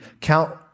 count